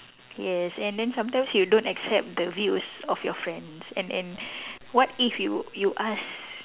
yes and then sometimes you don't accept the views of your friends and and what if you you ask